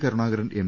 Karunakaran M